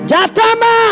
Jatama